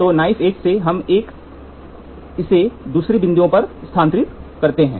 तो knife edge से हम इसे दूसरे बिंदुओं पर स्थानांतरित करते हैं